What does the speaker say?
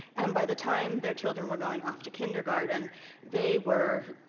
and by the time their children were going off to kindergarten they were,